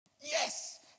yes